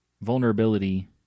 vulnerability